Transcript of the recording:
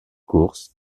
course